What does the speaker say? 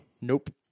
Nope